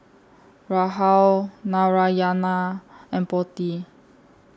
Rahul Narayana and Potti